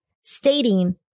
stating